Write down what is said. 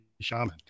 shaman